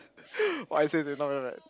what I say it's not very bad